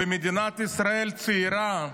ומדינת ישראל צעירה,